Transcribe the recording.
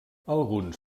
alguns